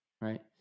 Right